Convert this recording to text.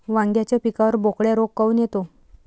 वांग्याच्या पिकावर बोकड्या रोग काऊन येतो?